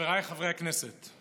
חבריי חברי הכנסת.